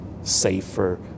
safer